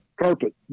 carpet